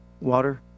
water